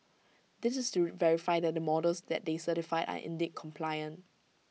this is to verify that the models that they certified are indeed compliant